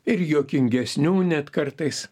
ir juokingesnių net kartais